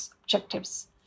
objectives